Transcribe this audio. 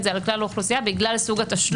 זה על כלל האוכלוסייה בגלל סוג התשלום.